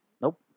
Nope